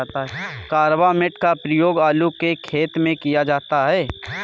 carbamate का प्रयोग आलू के खेत में किया जाता है